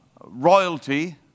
royalty